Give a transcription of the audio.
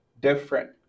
different